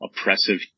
oppressive